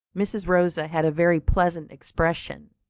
mrs. rosa had a very pleasant expression,